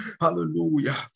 Hallelujah